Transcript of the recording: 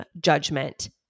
judgment